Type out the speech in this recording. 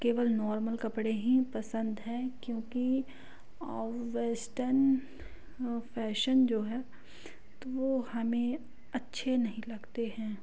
केवल नॉर्मल कपड़े हीं पसंद हैं क्योंकि वेस्टन फ़ैशन जो है तो हमें अच्छे नहीं लगते हैं